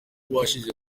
atabashije